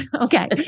Okay